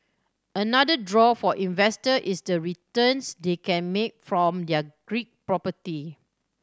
another draw for investor is the returns they can make from their Greek property